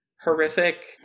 horrific